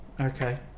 Okay